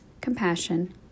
compassion